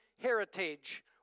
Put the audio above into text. heritage